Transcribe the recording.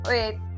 Wait